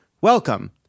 Welcome